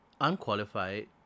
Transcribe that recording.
unqualified